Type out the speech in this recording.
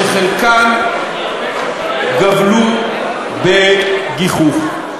שחלקן גבלו בגיחוך.